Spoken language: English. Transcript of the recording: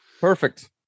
Perfect